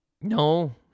No